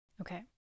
Okay